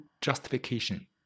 justification